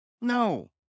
No